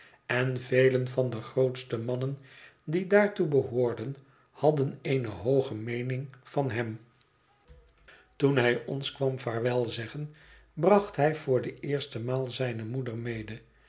en velen van de grootste mannen die daartoe behoorden hadden eene hooge meening van hem toen hij ons kwam vaarwelzeggen bracht hij voor de eerste maal zijne moeder mede